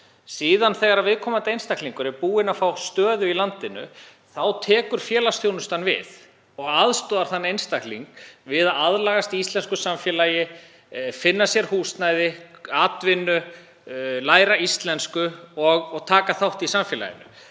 Síðan þegar viðkomandi einstaklingur er búinn að fá stöðu í landinu tekur félagsþjónustan við og aðstoðar þann einstakling við að aðlagast íslensku samfélagi, finna sér húsnæði, atvinnu, læra íslensku og taka þátt í samfélaginu.